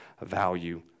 value